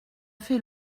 fait